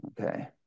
okay